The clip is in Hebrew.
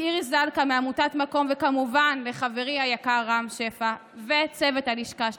לאירית זלכה מעמותת מקום וכמובן לחברי היקר רם שפע ולצוות הלשכה שלי.